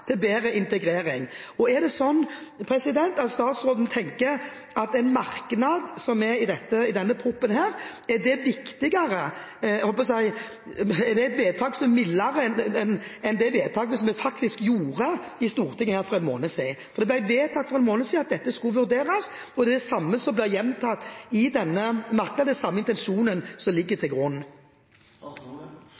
til bedre integrering? Og er det sånn at statsråden tenker at en merknad i denne innstillingen er – jeg holdt på å si – mildere enn det vedtaket som vi faktisk gjorde her i Stortinget for en måned siden. Det ble vedtatt for en måned siden at dette skulle vurderes, og det er det samme som blir gjentatt i denne merknaden, og den samme intensjonen som ligger til grunn.